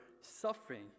suffering